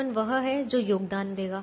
1 वह है जो योगदान देगा